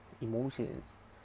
emotions